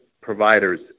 providers